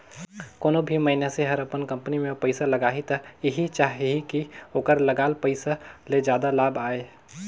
कोनों भी मइनसे हर अपन कंपनी में पइसा लगाही त एहि चाहही कि ओखर लगाल पइसा ले जादा लाभ आये